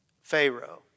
Pharaoh